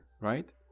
right